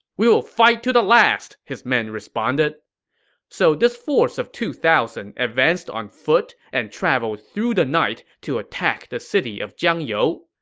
we will fight to the last! his men responded so this force of two thousand advanced on foot and traveled through the night to attack the city of jiangyou.